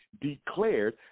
declared